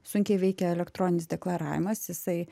sunkiai veikia elektroninis deklaravimas jisai